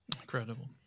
Incredible